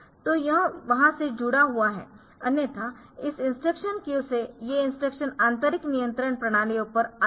तो यह वहां से जुड़ा हुआ है अन्यथा इस इंस्ट्रक्शन क्यू से ये इंस्ट्रक्शन आंतरिक नियंत्रण प्रणालियों पर आते है